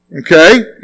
Okay